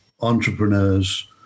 entrepreneurs